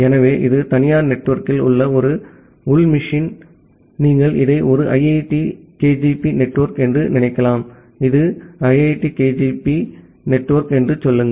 எனவே இது தனியார் நெட்வொர்க்கில் உள்ள ஒரு உள் மெஷின் நீங்கள் இதை ஒரு ஐஐடி கேஜிபி நெட்வொர்க் என்று நினைக்கலாம் இது ஐஐடி கேஜிபி நெட்வொர்க் என்று சொல்லுங்கள்